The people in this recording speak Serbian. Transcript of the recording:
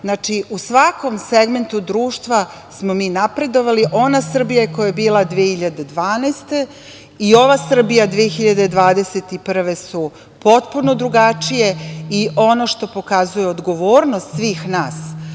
Znači, u svakom segmentu društva smo mi napredovali. Ona Srbija koja je bila 2012. godine i ova Srbija 2021. godine su potpuno drugačije i ono što pokazuje odgovornost svih nas